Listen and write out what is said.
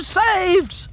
saved